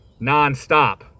nonstop